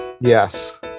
Yes